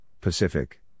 Pacific